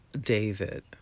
David